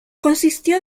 consistió